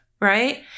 right